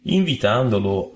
invitandolo